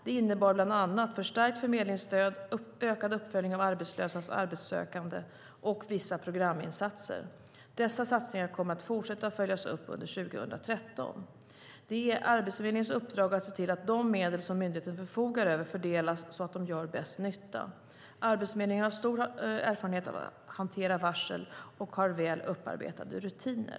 Det innebar bland annat förstärkt förmedlingsstöd, ökad uppföljning av arbetslösas arbetssökande och vissa programinsatser. Dessa satsningar kommer att fortsätta och följas upp under 2013. Det är Arbetsförmedlingens uppdrag att se till att de medel som myndigheten förfogar över fördelas så att de gör bäst nytta. Arbetsförmedlingen har stor erfarenhet av att hantera varsel och har väl upparbetade rutiner.